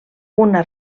una